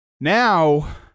Now